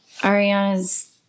Ariana's